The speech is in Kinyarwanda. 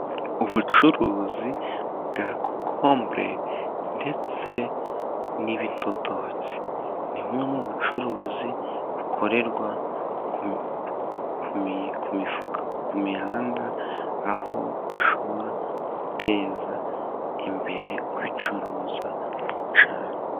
Ubucuruzi bwa kokombure ndetse n'ibidodoki ni bumwe mu bucuruzi bukorerwa ku mifuka ku mihanda, aho ushobora guteza imbere ubicuruza mu cyaro.